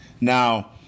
Now